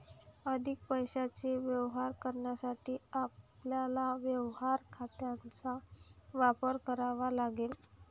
अधिक पैशाचे व्यवहार करण्यासाठी आपल्याला व्यवहार खात्यांचा वापर करावा लागेल